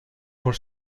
por